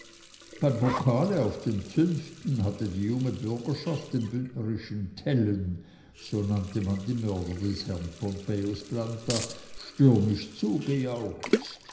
pokale auf den zünften hatte die junge bürgerschaft den bündnerischen tellen so nannte man die mörder des herrn pompejus planta stürmisch